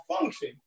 function